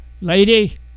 lady